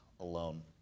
Alone